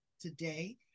Today